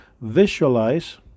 visualize